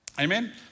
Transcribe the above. Amen